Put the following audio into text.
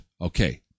Okay